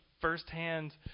firsthand